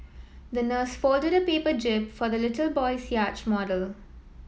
the nurse folded a paper jib for the little boy's yacht model